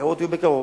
הבחירות יהיו בקרוב.